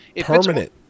Permanent